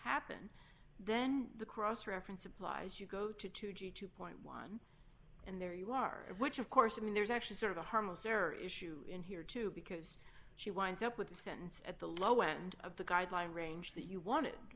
happen then the cross reference applies you go to two g two dollars and there you are which of course i mean there's actually sort of a harmless error issue in here too because she winds up with the sentence at the low end of the guideline range that you wanted